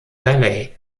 valley